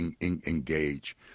engage